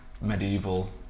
medieval